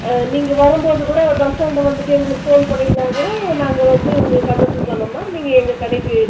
நீங்கள் வரும்போது கூட பஸ் ஸ்டாண்டு வந்துவிட்டு எங்களுக்கு ஃபோன் பண்ணினா கூட நாங்கள் வந்து உங்களுக்கு அட்ரெஸ்ஸு சொன்னோம்னா நீங்கள் எங்கள் கடைக்கு